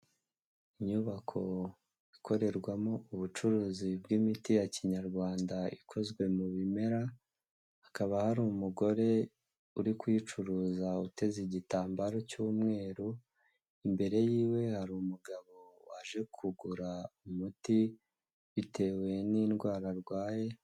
Inyubako ikorerwamo ubucuruzi bw'imiti ya kinyarwanda ikozwe mu bimera, hakaba hari umugore uri kuyicuruza uteze igitambaro cy'umweru, imbere yiwe hari umugabo waje kugura umuti bitewe n'indwara arwaye.